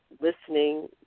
listening